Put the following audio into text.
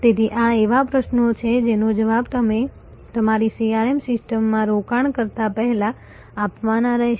તેથી આ એવા પ્રશ્નો છે જેના જવાબ તમે તમારી CRM સિસ્ટમમાં રોકાણ કરતા પહેલા આપવાના રહેશે